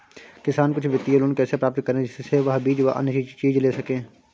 किसान कुछ वित्तीय लोन कैसे प्राप्त करें जिससे वह बीज व अन्य चीज ले सके?